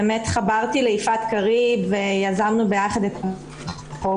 חברתי ליפעת קריב ויזמנו ביחד את החוק